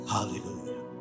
Hallelujah